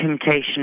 temptation